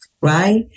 right